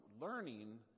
learning